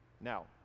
Now